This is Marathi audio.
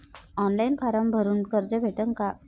ऑनलाईन फारम भरून कर्ज भेटन का?